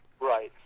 right